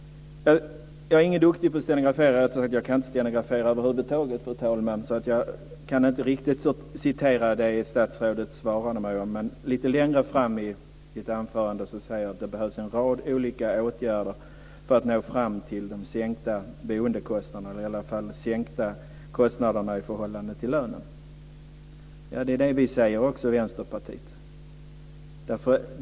Jag kan inte stenografera, fru talman, så jag kan inte riktigt citera det som statsrådet svarade mig. Men han sade i sitt anförande att det behövs en rad olika åtgärder för att nå fram till sänkta boendekostnader, i alla fall sänkta kostnader i förhållande till lönen. Det är det vi säger också i Vänsterpartiet.